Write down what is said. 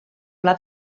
pla